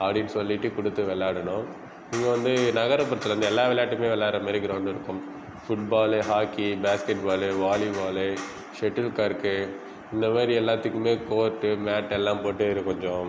அப்படின்னு சொல்லிட்டு குடுத்து வெள்ளாடணும் இங்கே வந்து நகர்புறத்தில் எல்லா வெள்ளாட்டுமே விளையாடற மாதிரி கிரௌண்ட் இருக்கும் football hockey basketball volleyball shuttle cork இந்த மாதிரி எல்லாத்துக்குமே கோர்ட் மேட் எல்லாம் போட்டே இருக்கும்